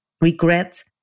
Regret